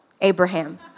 Abraham